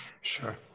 Sure